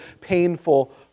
painful